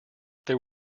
there